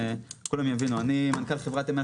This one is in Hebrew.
אני מנכ"ל חברת אם.